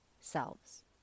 selves